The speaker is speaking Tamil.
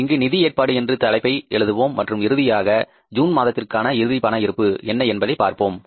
இங்கு பைனான்சிங் அரேஞ்சுமென்ட் என்று தலைப்பை எழுதுவோம் மற்றும் இறுதியாக ஜூன் மாதத்திற்கான இறுதி பண இருப்பு என்ன என்பதைப் பார்ப்போம்